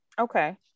Okay